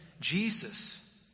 Jesus